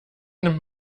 nimmt